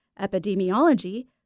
epidemiology